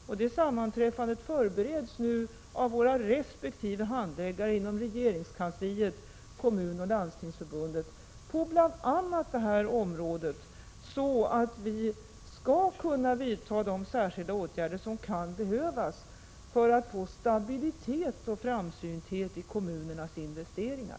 De resp. handläggarna inom regeringskansliet, Kommunförbundet och Landstingsförbundet förbereder nu detta sammanträffande när det gäller frågorna på bl.a. det här området, så att vi skall kunna vidta de särskilda åtgärder som kan behövas för att få stabilitet och framsynthet i kommunernas investeringar.